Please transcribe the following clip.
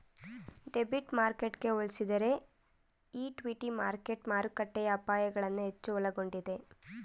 debit ಮಾರ್ಕೆಟ್ಗೆ ಹೋಲಿಸಿದರೆ equity market ಮಾರುಕಟ್ಟೆಯ ಅಪಾಯಗಳನ್ನು ಹೆಚ್ಚು ಒಳಗೊಂಡಿದೆ